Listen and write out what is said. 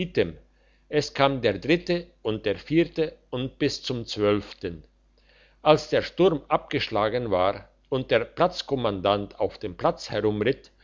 es kam der dritte und der vierte und bis zum zwölften als der sturm abgeschlagen war und der platzkommandant auf dem platz herumritt